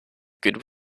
good